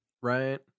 Right